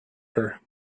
her